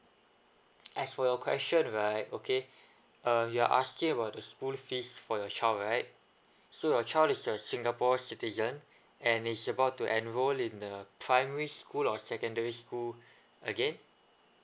as for your question right okay err you are asking about the school fees for your child right so your child is a singapore citizen and he's about to enroll in the primary school or secondary school again